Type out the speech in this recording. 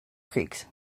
creeks